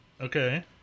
Okay